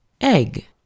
Egg